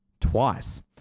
Twice